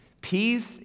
peace